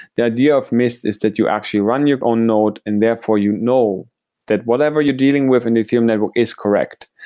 the idea of mist that you actually run your own node and therefore you know that whatever you're dealing with in ethereum network is correct.